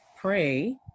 pray